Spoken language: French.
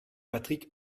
patrick